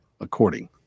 according